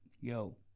yo